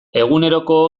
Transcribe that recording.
eguneroko